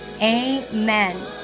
amen